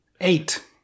Eight